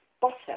bottom